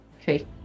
Okay